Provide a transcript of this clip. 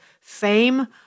fame